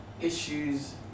issues